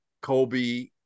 Kobe